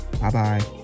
Bye-bye